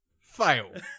fail